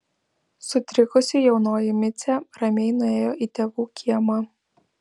sutrikusi jaunoji micė ramiai nuėjo į tėvų kiemą